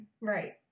right